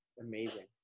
amazing